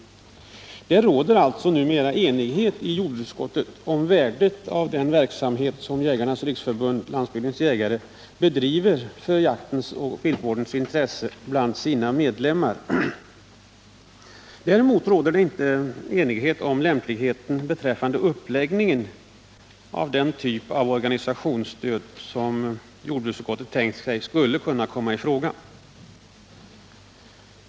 Det råder således numera enighet i jordbruksutskottet om värdet av den verksamhet som Jägarnas riksförbund-Landsbygdens jägare bedriver i jaktens och viltvårdens intressen bland sina medlemmar. Däremot råder det inte enighet om lämpligheten beträffande uppläggningen av den typ av organisationsstöd som jordbruksutskottet tänkt sig skulle kunna komma i fråga.